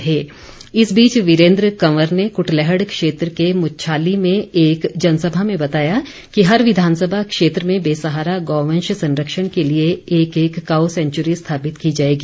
गौ सदन इस बीच वीरेन्द्र कंवर ने कुटलैहड़ क्षेत्र के मुच्छाली में एक जनसभा में बताया कि हर विधानसभा क्षेत्र में बेसहारा गौ वंश संरक्षण के लिए एक एक काऊ सेंचरी स्थापित की जाएगी